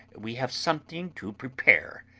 we have something to prepare.